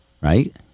right